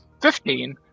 Fifteen